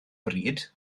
bryd